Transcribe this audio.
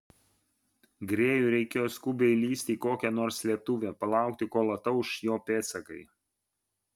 grėjui reikėjo skubiai įlįsti į kokią nors slėptuvę palaukti kol atauš jo pėdsakai